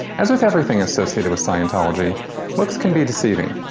as with everything associated with scientology looks can be deceiving.